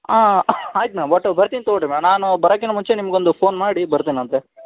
ಹಾಂ ಆಯ್ತು ಮೇಡಮ್ ಒಟ್ಟು ಬರ್ತೀನಿ ತಗೋಳಿ ರೀ ಮೇಡಮ್ ನಾನು ಬರೋದ್ಕಿನ್ನ ಮುಂಚೆ ನಿಮ್ಗೆ ಒಂದು ಫೋನ್ ಮಾಡಿ ಬರ್ತೀನಿ ಅಂತೆ